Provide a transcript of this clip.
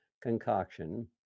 concoction